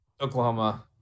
Oklahoma